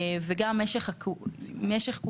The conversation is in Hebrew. וגם משך כהונה.